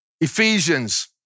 Ephesians